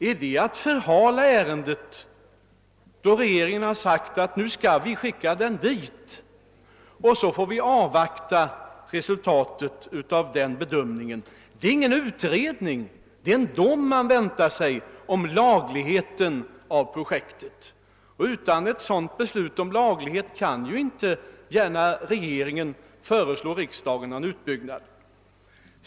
Är det att förhala ärendet då regeringen har sagt: »Nu skall vi skicka frågan till vattendomstolen, och sedan får vi avvakta resultatet av dess bedömning»? Det är ingen utredning, det är en dom vi väntar på om lagligheten av projektet. Utan ett sådant beslut i fråga om lagligheten kan inte gärna regeringen föreslå riksdagen någon utbyggnad.